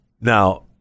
Now